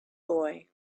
boy